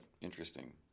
interesting